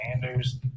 Sanders